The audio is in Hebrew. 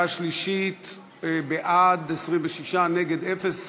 קריאה שלישית: בעד, 26, נגד, אפס.